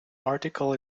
article